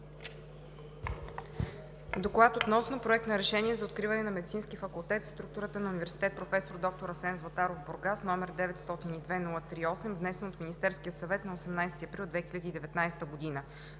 „ДОКЛАД относно Проект на решение за откриване на Медицински факултет в структурата на Университет „Проф. д-р Асен Златаров“ – Бургас, № 902-03-8, внесен от Министерския съвет на 18 април 2019 г.